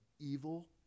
evil